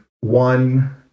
one